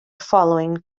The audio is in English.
following